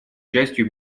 частью